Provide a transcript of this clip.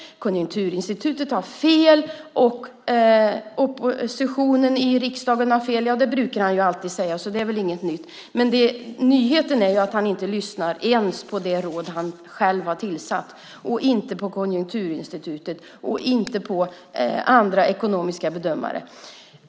Konjunkturinstitutet har fel. Oppositionen i riksdagen har fel, men det säger han alltid så det är väl inget nytt. Nyheten är att han inte ens lyssnar på det råd som han själv har tillsatt och inte heller på Konjunkturinstitutet och andra ekonomiska bedömare.